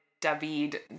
David